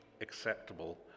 acceptable